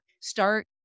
start